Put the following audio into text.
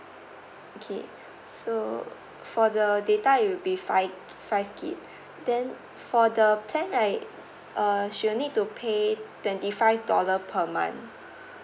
okay so for the data it'll be five five G_B then for the plan right uh she'll need to pay twenty five dollar per month